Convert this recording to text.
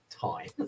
time